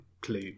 clue